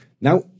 Now